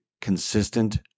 consistent